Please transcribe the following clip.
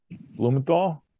Blumenthal